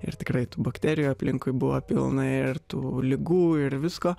ir tikrai tų bakterijų aplinkui buvo pilna ir tų ligų ir visko